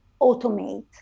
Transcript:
automate